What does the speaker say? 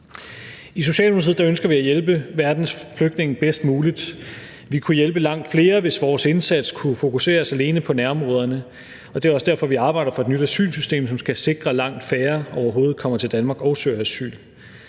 I Socialdemokratiet ønsker vi at hjælpe verdens flygtninge bedst muligt. Vi kunne hjælpe langt flere, hvis vores indsats kunne fokuseres alene på nærområderne, og det er også derfor, vi arbejder for et nyt asylsystem, som skal sikre, at langt færre overhovedet kommer til Danmark og søger asyl.